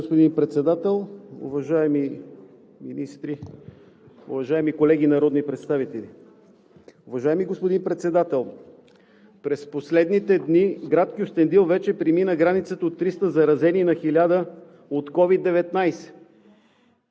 господин Председател. Уважаеми министри, уважаеми колеги народни представители! Уважаеми господин Председател, през последните дни град Кюстендил вече премина границата от 300 заразени на 1000 от COVID-19.